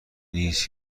نیست